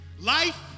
Life